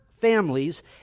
families